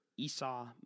Esau